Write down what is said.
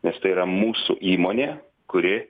nes tai yra mūsų įmonė kuri